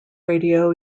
radio